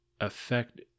affect